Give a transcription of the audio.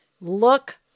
Look